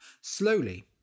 Slowly